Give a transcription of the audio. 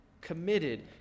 committed